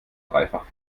dreifach